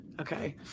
Okay